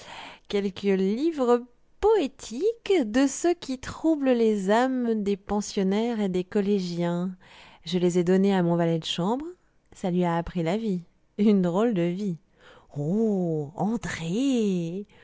quelques livres poétiques de ceux qui troublent les âmes des pensionnaires et des collégiens je les ai donnés à mon valet de chambre ça lui a appris la vie une drôle de vie oh andrée